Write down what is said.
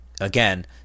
again